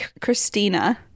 Christina